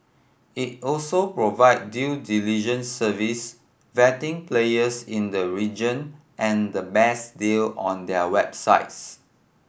it also provide due diligence service vetting players in the region and the best deal on their websites